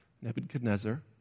Nebuchadnezzar